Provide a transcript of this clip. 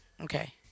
okay